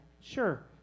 Sure